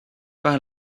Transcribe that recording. par